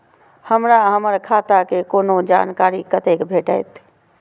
हमरा हमर खाता के कोनो जानकारी कतै भेटतै?